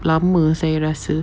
lama yang saya rasa